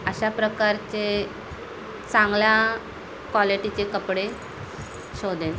अशा प्रकारचे चांगल्या क्वालिटीचे कपडे शोधेन